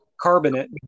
carbonate